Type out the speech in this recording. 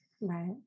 Right